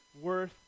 worth